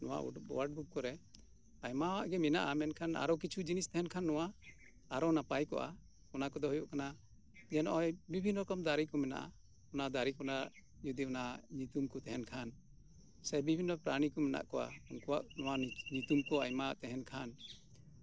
ᱱᱚᱣᱟ award book ᱨᱮ ᱟᱭᱢᱟ ᱜᱮ ᱢᱮᱱᱟᱜᱼᱟ ᱢᱮᱱᱠᱷᱟᱱ ᱟᱨᱚ ᱠᱤᱪᱷᱩ ᱡᱤᱱᱤᱥ ᱛᱟᱦᱮᱱ ᱠᱷᱟᱱ ᱱᱚᱣᱟ ᱟᱨᱚ ᱱᱟᱯᱟᱭ ᱠᱚᱜᱼᱟ ᱚᱱᱟ ᱠᱚᱫᱚ ᱦᱩᱭᱩᱜ ᱠᱟᱱᱟ ᱡᱮ ᱱᱚᱜᱼᱚᱭ ᱵᱤᱵᱷᱤᱱᱱᱚ ᱨᱚᱠᱚᱢ ᱫᱟᱨᱮ ᱠᱚ ᱢᱮᱱᱟᱜᱼᱟ ᱡᱮ ᱚᱱᱟ ᱫᱟᱨᱮ ᱠᱚᱨᱮᱱᱟᱜ ᱧᱩᱛᱩᱢ ᱠᱚ ᱛᱟᱦᱮᱸᱱ ᱠᱷᱟᱱ ᱥᱮ ᱵᱤᱵᱷᱤᱱᱱᱚ ᱯᱨᱟᱱᱤ ᱠᱚ ᱢᱮᱱᱟᱜ ᱠᱚᱣᱟ ᱩᱱᱠᱩᱣᱟᱜ ᱧᱩᱛᱩᱢ ᱠᱚ ᱟᱭᱢᱟ ᱛᱟᱦᱮᱸᱱ ᱠᱷᱟᱱ